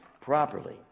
properly